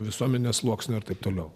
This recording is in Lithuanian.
visuomenės sluoksnio ar taip toliau